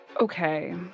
Okay